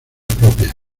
propias